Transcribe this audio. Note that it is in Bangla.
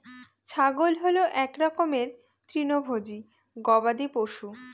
ছাগল হল এক রকমের তৃণভোজী গবাদি পশু